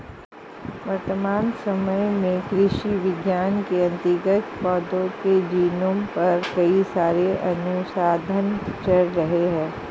वर्तमान समय में कृषि विज्ञान के अंतर्गत पौधों के जीनोम पर कई सारे अनुसंधान चल रहे हैं